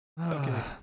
Okay